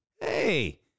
Hey